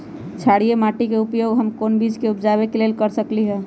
क्षारिये माटी के उपयोग हम कोन बीज के उपजाबे के लेल कर सकली ह?